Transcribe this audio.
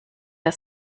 der